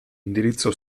indirizzo